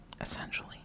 Essentially